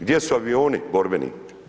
Gdje su avioni borbeni?